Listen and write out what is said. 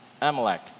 Amalek